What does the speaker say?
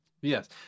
Yes